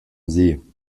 see